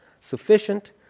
Sufficient